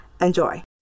Enjoy